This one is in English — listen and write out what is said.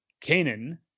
Canaan